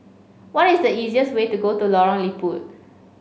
what is the easiest way to go to Lorong Liput